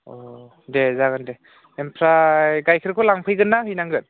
अ दे जागोन दे ओमफ्राय गाइखेरखो लांफैगोन ना हैनांगोन